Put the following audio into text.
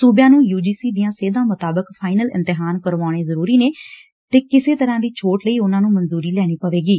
ਸੁਬਿਆ ਨੂੰ U G C ਦੀਆ ਸੇਧਾ ਮੁਤਾਬਕ ਫਾਇਨਲ ਇਮਤਿਹਾਨ ਕਰਵਾਉਣੇ ਜ਼ਰੂਰੀ ਨੇ ਤੇ ਕਿਸੇ ਤਰ੍ਵਾਂ ਦੀ ਛੋਟ ਲਈ ਉਨ੍ਹਾਂ ਨੂੰ ਮਨਜੂਰੀ ਲੈਣੀ ਪਵੇਗੀ